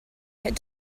had